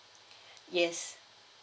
yes